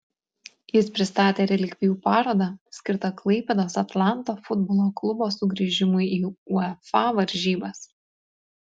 jis pristatė relikvijų parodą skirtą klaipėdos atlanto futbolo klubo sugrįžimui į uefa varžybas